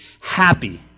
Happy